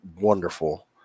wonderful